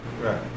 right